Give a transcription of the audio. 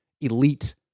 Elite